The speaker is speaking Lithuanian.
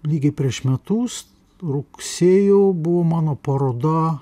lygiai prieš metus rugsėjo buvo mano paroda